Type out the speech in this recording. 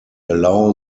allow